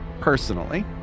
personally